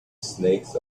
snakes